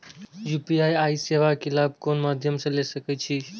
UPI सेवा के लाभ कोन मध्यम से ले सके छी?